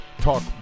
talk